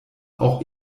auch